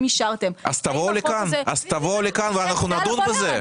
אישרתם --- אז תבואו לכאן ואנחנו נדון בזה.